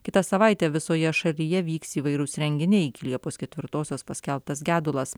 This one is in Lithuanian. kitą savaitę visoje šalyje vyks įvairūs renginiai liepos ketvirtosios paskelbtas gedulas